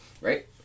Right